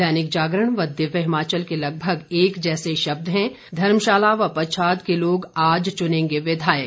दैनिक जागरण व दिव्य हिमाचल के लगभग एक जैसे शब्द हैं धर्मशाला व पच्छाद के लोग आज चुनेंगे विधायक